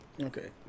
Okay